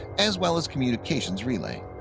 as well as communication relay.